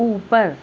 اوپر